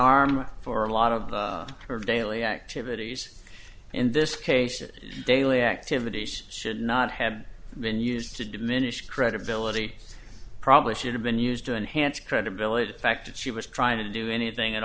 arm for a lot of her daily activities in this case it daily activities should not have been used to diminish credibility probably should have been used to enhance credibility the fact that she was trying to do anything at